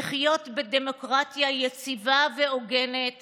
לחיות בדמוקרטיה יציבה והוגנת